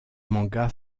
manga